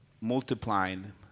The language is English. multiplying